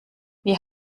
wie